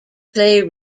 play